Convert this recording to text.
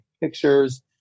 pictures